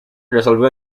resolvió